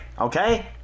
okay